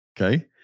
Okay